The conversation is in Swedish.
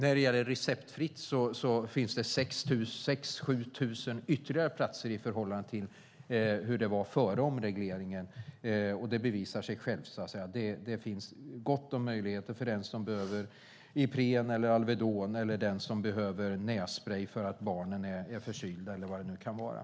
I fråga om receptfritt finns det 6 000-7 000 ytterligare platser i förhållande till hur det var före omregleringen. Det bevisar sig självt. Det finns gott om möjligheter för den som behöver Ipren eller Alvedon eller den som behöver nässprej för att barnen är förkylda eller vad det kan vara.